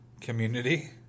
community